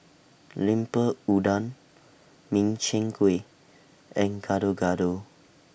Lemper Udang Min Chiang Kueh and Gado Gado